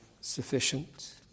sufficient